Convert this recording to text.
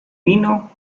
vino